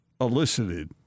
elicited